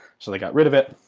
so they got rid of it.